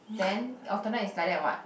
then alternate is like that what